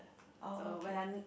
okay